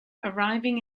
arriving